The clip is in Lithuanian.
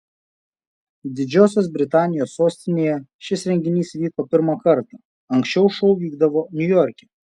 didžiosios britanijos sostinėje šis renginys vyko pirmą kartą anksčiau šou vykdavo niujorke